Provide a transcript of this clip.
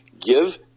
Give